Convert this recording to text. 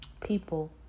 people